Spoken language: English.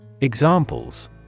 Examples